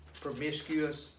promiscuous